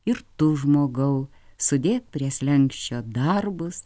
ir tu žmogau sudėk prie slenksčio darbus